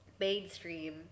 mainstream